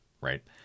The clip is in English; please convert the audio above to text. right